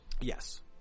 Yes